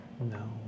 No